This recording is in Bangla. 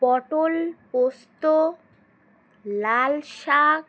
পটল পোস্ত লাল শাক